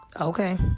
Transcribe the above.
Okay